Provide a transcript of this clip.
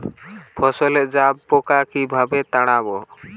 ফসলে জাবপোকা কিভাবে তাড়াব?